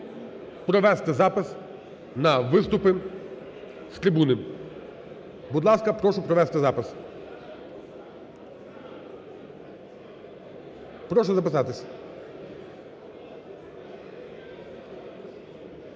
провести запис на виступи з трибуни. Будь ласка, прошу провести запис. Прошу записатись.